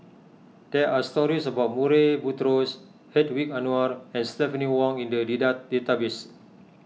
there are stories about Murray Buttrose Hedwig Anuar and Stephanie Wong in the data database